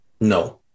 no